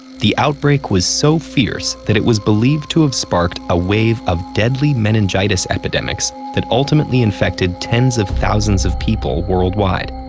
the outbreak was so fierce that it was believed to have sparked a wave of deadly meningitis epidemics that ultimately infected tens of thousands of people worldwide.